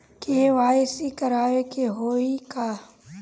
KYC करावे के होई का?